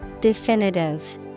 Definitive